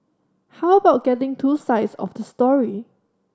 how about getting two sides of the story